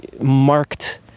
marked